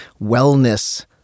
wellness